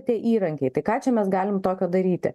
tie įrankiai tai ką čia mes galim tokio daryti